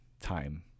time